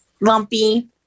lumpy